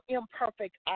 imperfect